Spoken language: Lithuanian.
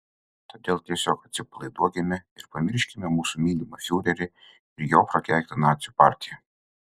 todėl tiesiog atsipalaiduokime ir pamirškime mūsų mylimą fiurerį ir jo prakeiktą nacių partiją